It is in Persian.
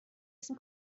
اسم